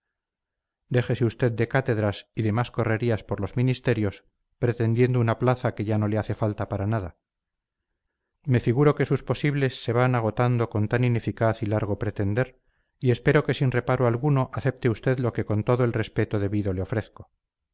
déjese usted de cátedras y de más correrías por los ministerios pretendiendo una plaza que ya no le hace falta para nada me figuro que sus posibles se van agotando con tan ineficaz y largo pretender y espero que sin reparo alguno acepte usted lo que con todo el respeto debido le ofrezco